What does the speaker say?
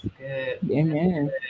Amen